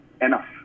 enough